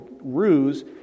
ruse